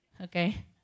okay